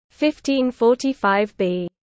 1545b